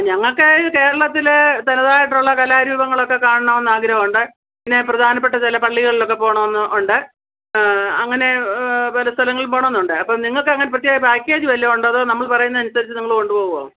ഞങ്ങൾക്ക് കേരളത്തിൽ തനതായിട്ടുള്ള കലാരൂപങ്ങളൊക്കെ കാണണമെന്നാഗ്രഹമുണ്ട് പിന്നെ പ്രധാനപ്പെട്ട ചില പള്ളികളിലൊക്കെ പോകണമെന്നുണ്ട് അങ്ങനെ പല സ്ഥലങ്ങളില് പോകണമെന്നുണ്ട് അപ്പം നിങ്ങൾക്ക് അങ്ങനെ പ്രത്യേക പാക്കേജ് വല്ലതും ഉണ്ടോ അതോ നമ്മൾ പറയുന്നത് അനുസരിച്ച് നിങ്ങൾ കൊണ്ടു പോകുമോ